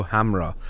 Hamra